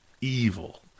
evil